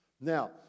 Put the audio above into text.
Now